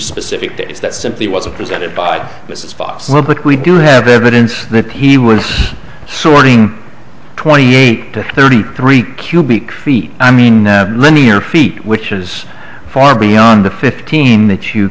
specific days that simply wasn't presented by mrs fox but we do have evidence that he was sorting twenty eight to thirty three q b creek i mean linear feet which is far beyond the fifteen that you